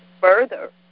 further